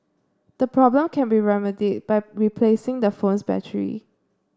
the problem can be remedied by replacing the phone's battery